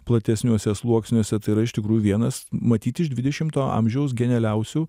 platesniuose sluoksniuose tai yra iš tikrųjų vienas matyt iš dvidešimto amžiaus genialiausių